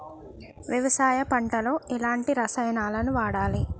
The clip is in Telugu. వ్యవసాయం పంట లో ఎలాంటి రసాయనాలను వాడాలి?